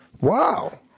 Wow